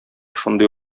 шундый